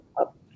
Up